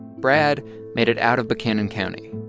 brad made it out of buchanan county.